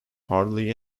hardly